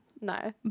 No